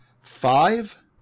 five